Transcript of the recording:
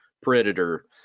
predator